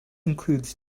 includes